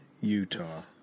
Utah